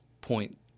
point